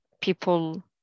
people